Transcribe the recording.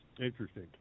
Interesting